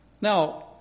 Now